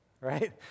right